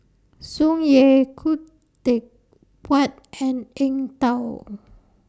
Tsung Yeh Khoo Teck Puat and Eng Tow